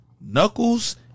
Knuckles